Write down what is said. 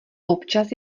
občas